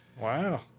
Wow